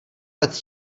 let